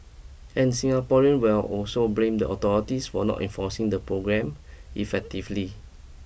and Singaporean will also blame the authorities for not enforcing the programme effectively